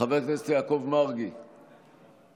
חבר הכנסת יעקב מרגי, בבקשה.